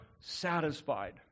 satisfied